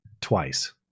twice